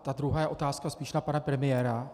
Ta druhá otázka je spíš na pana premiéra.